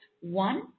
one